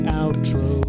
outro